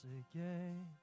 again